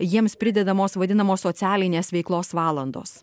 jiems pridedamos vadinamos socialinės veiklos valandos